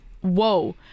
whoa